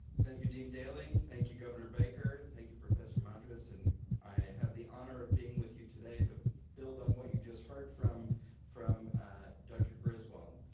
thank you, dean daley. thank you, governor baker. thank you, professor madras. and i have the honor of being with you today to build on what you just heard from from dr. griswold.